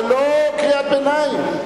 זאת לא קריאת ביניים,